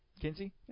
Kinsey